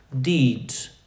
deeds